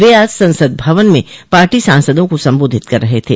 वे आज संसद भवन में पार्टी सांसदों को संबोधित कर रहे थे